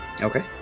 Okay